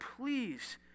please